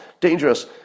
dangerous